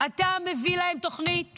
אתה מביא להם תוכנית